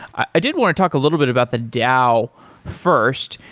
i did want to talk a little bit about the dao first,